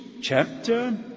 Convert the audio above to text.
chapter